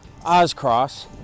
Ozcross